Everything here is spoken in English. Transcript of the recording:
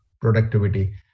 productivity